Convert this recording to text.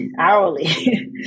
hourly